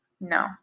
No